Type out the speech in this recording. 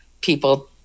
people